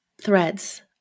threads